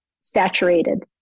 saturated